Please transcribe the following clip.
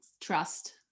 trust